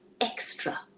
extra